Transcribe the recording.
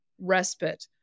respite